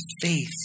faith